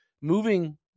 moving